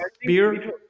beer